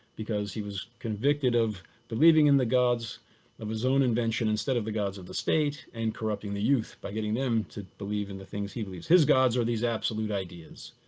because he was convicted of believing in the gods of his own invention instead of the gods of the state and corrupting the youth by getting them to believe in the things he believes. his gods are these absolute ideas.